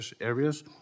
areas